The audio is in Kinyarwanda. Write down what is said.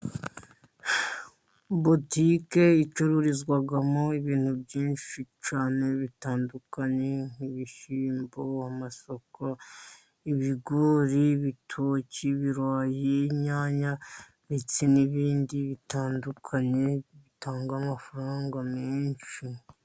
Butike icururizwamo ibintu byinshi cyane bitandukanye, nk'ibishyimbo, amasaka, ibigori, bitoki ibirayi, inyanya ndetse n'ibindi bitandukanye bitanga amafaranga menshi.